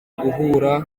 guhura